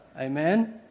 amen